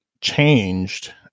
changed